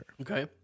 Okay